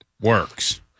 works